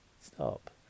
Stop